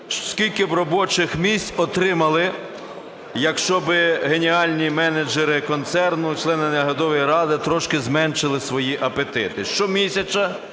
скільки б робочих місць отримали, якщо би геніальні менеджери концерну члени наглядової ради трошки зменшили свої апетити. Щомісяця,